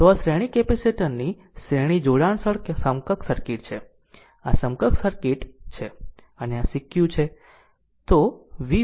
તો આ શ્રેણી કેપેસિટર ની શ્રેણી જોડાણર સમકક્ષ સર્કિટ છે આ સમકક્ષ સર્કિટ છે અને આ Ceq છે